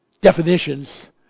definitions